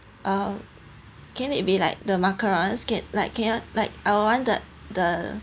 uh can it be like the macarons can like can you all like I will want the the